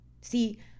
see